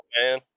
man